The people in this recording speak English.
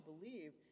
believe